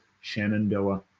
Shenandoah